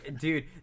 dude